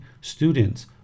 students